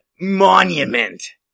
monument